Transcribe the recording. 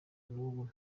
nubu